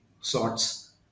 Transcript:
sorts